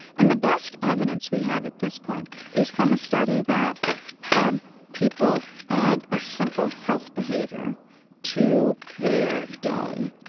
and the best evidence we have at this point is from a study that had people add a simple health behavior to their day,